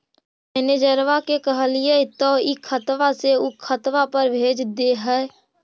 मैनेजरवा के कहलिऐ तौ ई खतवा से ऊ खातवा पर भेज देहै?